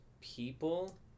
people